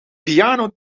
piano